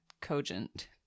cogent